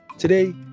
Today